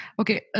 Okay